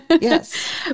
yes